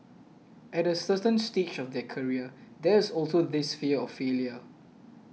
at a certain stage of their career there is also this fear of failure